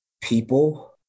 people